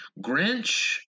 Grinch